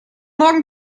morgen